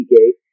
Gate